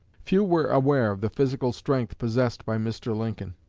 few were aware of the physical strength possessed by mr. lincoln.